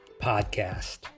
podcast